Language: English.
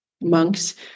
monks